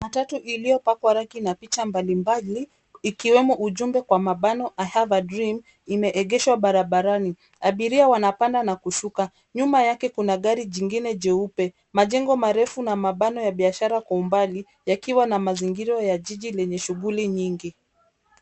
Matatu iliyopakwa rangi na picha mbalimbali ikiwemo ujumbe kwa mabano I have a dream imeegeshwa barabarani. Abiria wanapanda na kushuka. Nyuma yake kuna gari jingine jeupe. Majengo marefu na mabano ya biashara kwa umbali yakiwa na mazingiro ya jiji lenye shughuli nyingi.